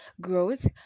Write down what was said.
growth